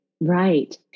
right